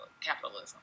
capitalism